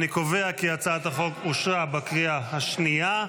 אני קובע כי הצעת החוק אושרה בקריאה השנייה.